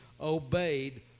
obeyed